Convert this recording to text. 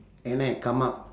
and I come up